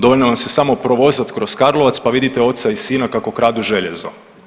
Dovoljno vam se samo provozati kroz Karlovac pa vidite oca i sina kako kradu željezo.